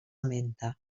menta